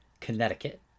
Connecticut